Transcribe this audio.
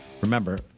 Remember